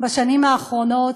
בשנים האחרונות,